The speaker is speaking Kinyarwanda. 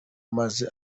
maze